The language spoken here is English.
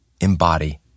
embody